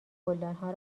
گلدانها